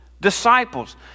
disciples